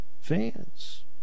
fans